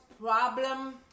problem